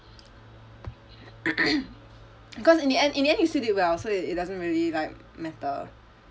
because in the end in the end you still did well so it it doesn't really like matter